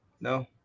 No